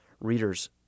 readers